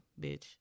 bitch